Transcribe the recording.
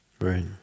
Right